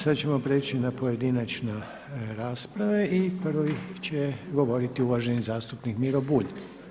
Sada ćemo prijeći na pojedinačne rasprave i prvi će govoriti uvaženi zastupnik Miro Bulj.